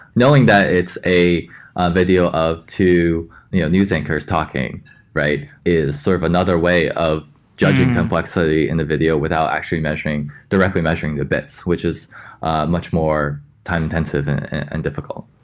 knowing that it's a video of two news anchors talking is sort of another way of judging complexity in the video without actually measuring, directly measuring the bits, which is much more time intensive and difficult